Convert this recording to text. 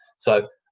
so,